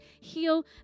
heal